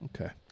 Okay